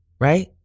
Right